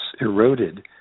eroded